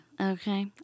Okay